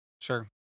Sure